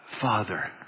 Father